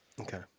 Okay